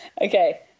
Okay